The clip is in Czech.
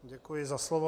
Děkuji za slovo.